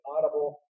audible